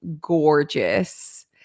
gorgeous